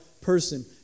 person